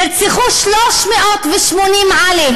נרצחו 380 עלי